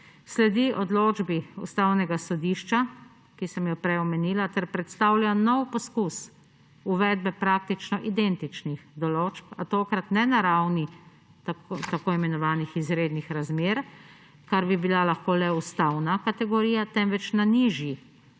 sledi odločbi Ustavnega sodišča, ki sem jo prej omenila, ter predstavlja nov poskus uvedbe praktično identičnih določb, a tokrat ne na ravni tako imenovanih izrednih razmer, kar bi bila lahko le ustavna kategorija, temveč na nižji,